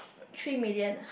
three million ah